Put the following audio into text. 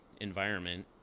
environment